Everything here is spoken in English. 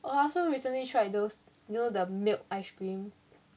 oh I also recently tried those you know the milk ice cream